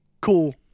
cool